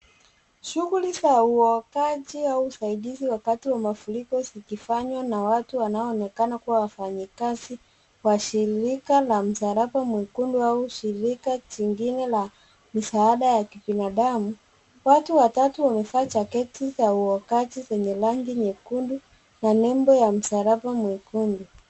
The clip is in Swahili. Shuguli za uokoaji au usaidizi wakati wa mafuriko zikifanywa na watu wanaoonekana kuwa wafanyi kazi wa shirika la msalaba mwekundu au shirika jingine la msaada wa kibinadamu. Watu watatu wamevaa jaketi za uokoaji zenye rangi nyekundu na nembo ya msalaba mwekundu.